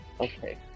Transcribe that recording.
Okay